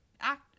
act